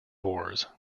wars